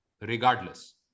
regardless